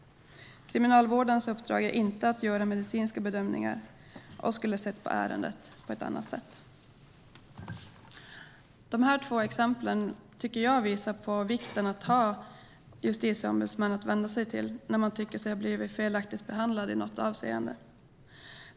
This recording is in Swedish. Kriminalvårdens uppdrag är inte att göra medicinska bedömningar och skulle ha sett på ärendet på ett annat sätt. Dessa två exempel tycker jag visar på vikten av att ha justitieombudsmän att vända sig till när man tycker sig ha blivit felaktigt behandlad i något avseende.